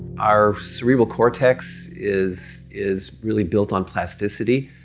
our cerebral cortex is is really built on plasticity.